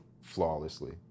flawlessly